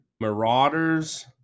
Marauders